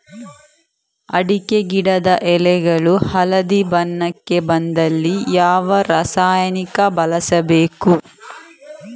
ಅಡಿಕೆ ಗಿಡದ ಎಳೆಗಳು ಹಳದಿ ಬಣ್ಣಕ್ಕೆ ಬಂದಲ್ಲಿ ಯಾವ ರಾಸಾಯನಿಕ ಬಳಸಬೇಕು?